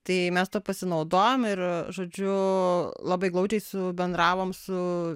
tai mes tuo pasinaudojom ir žodžiu labai glaudžiai subendravom su